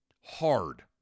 hard